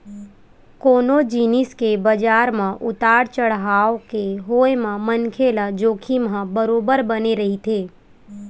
कोनो जिनिस के बजार म उतार चड़हाव के होय म मनखे ल जोखिम ह बरोबर बने रहिथे